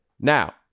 Now